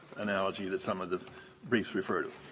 analogy that some of the briefs refer to.